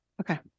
Okay